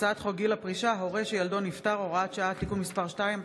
הצעת חוק גיל פרישה (הורה שילדו נפטר) (הוראת שעה) (תיקון מס' 2),